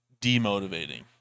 demotivating